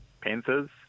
Panthers